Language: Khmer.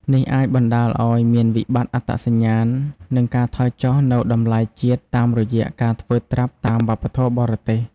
នេះអាចបណ្ដាលឱ្យមានវិបត្តិអត្តសញ្ញាណ និងការថយចុះនូវតម្លៃជាតិតាមរយៈការធ្វើត្រាប់តាមវប្បធម៌បរទេស។